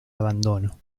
abandono